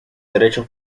derecho